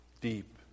deep